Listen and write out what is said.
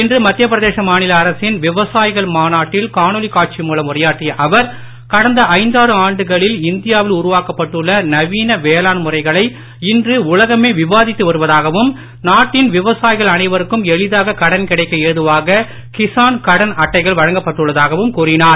இன்று மத்திய பிரதேஷ் மாநில அரசின் விவசாயிகள் மாநாட்டில் காணொளி காட்சி மூலம் உரையாற்றிய அவர் கடந்த ஐந்தாறு ஆண்டுகளில் இந்தியாவில் உருவாக்கப்பட்டுள்ள நவீன வேளாண் முறைகளை இன்று உலகமே விவாதித்து வருவதாகவும் நாட்டின் விவசாயிகள் அனைவருக்கும் எளிதாக கடன் கிடைக்க ஏதுவாக கிசான் கடன் அட்டைகள் வழங்கப்பட்டுள்ளதாகவும் கூறினார்